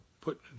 put